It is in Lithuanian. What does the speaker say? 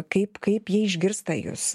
kaip kaip jie išgirsta jus